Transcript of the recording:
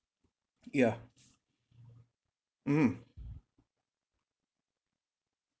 yeah mmhmm